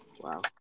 Wow